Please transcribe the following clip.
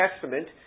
Testament